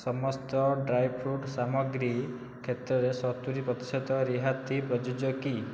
ସମସ୍ତ ଡ୍ରାଏଫ୍ରୁଟ୍ ସାମଗ୍ରୀ କ୍ଷେତ୍ରରେ ସତୁରୀ ପ୍ରତିଶତ ରିହାତି ପ୍ରଯୁଜ୍ୟ କି